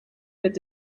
mit